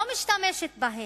לא משתמשת בהן,